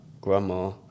grandma